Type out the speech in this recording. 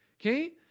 Okay